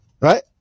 Right